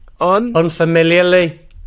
Unfamiliarly